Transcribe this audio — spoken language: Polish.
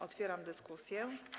Otwieram dyskusję.